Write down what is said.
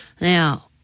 Now